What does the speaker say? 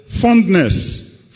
fondness